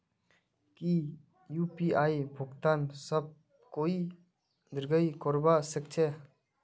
की यु.पी.आई भुगतान सब कोई ई करवा सकछै?